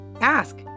ask